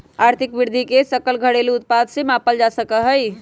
आर्थिक वृद्धि के सकल घरेलू उत्पाद से मापल जा सका हई